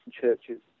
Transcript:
churches